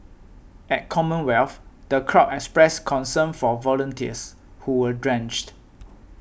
at Commonwealth the crowd expressed concern for volunteers who were drenched